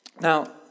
Now